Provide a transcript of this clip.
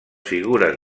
figures